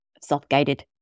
Self-Guided